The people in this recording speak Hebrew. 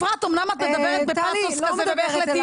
אפרת, אמנם את מדברת בפאתוס כזה ובהחלטיות.